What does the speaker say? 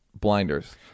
blinders